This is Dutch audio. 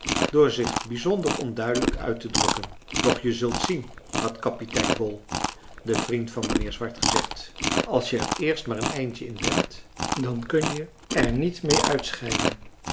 door zich bijzonder onduidelijk uit te drukken doch je zult zien had kapitein bol de vriend van mijnheer swart gezegd als je er eerst maar een eindje in op bent dan kun je er niet mee uitscheiden